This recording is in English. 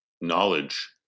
knowledge